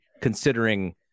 considering